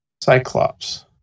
Cyclops